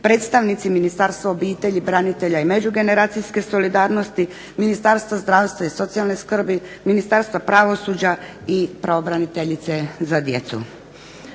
predstavnici Ministarstva obitelji, branitelja i međugeneracijske solidarnosti, Ministarstva zdravstva i socijalne skrbi, Ministarstva pravosuđa i pravobraniteljice za djecu.